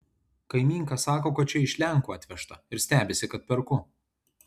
kaimynka sako kad čia iš lenkų atvežta ir stebisi kad perku